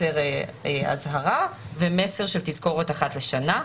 מסר אזהרה ומסר של תזכורת אחת לשנה.